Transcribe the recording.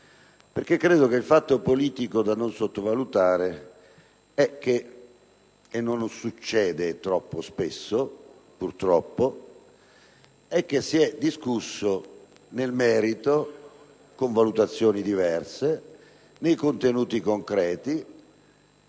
perché il fatto politico da non sottovalutare è che - e non succede troppo spesso purtroppo - si è discusso nel merito, con valutazioni diverse, con contenuti concreti,